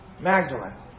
Magdalene